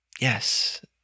yes